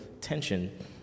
tension